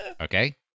Okay